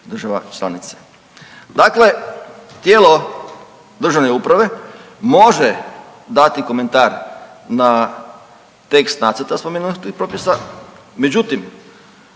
država članica. Dakle, tijelo državne uprave može dati komentar na tekst nacrta spomenutih propisa, međutim